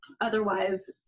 otherwise